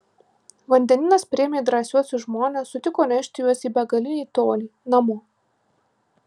vandenynas priėmė drąsiuosius žmones sutiko nešti juos į begalinį tolį namo